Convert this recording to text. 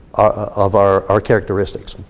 of our our characteristics.